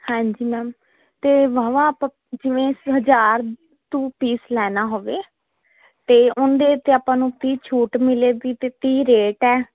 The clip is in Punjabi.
ਹਾਂਜੀ ਮੈਮ ਤੇ ਭਾਵਾਂ ਆਪਾਂ ਜਿਵੇਂ ਹਜਾਰ ਟੂ ਪੀਸ ਲੈਣਾ ਹੋਵੇ ਤੇ ਉਹਦੇ ਤੇ ਆਪਾਂ ਨੂੰ ਕੀ ਛੂਟ ਮਿਲੇ ਵੀ ਤੇ ਕੀ ਰੇਟ ਹੈ